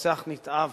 רוצח נתעב